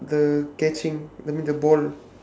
the catching I mean the ball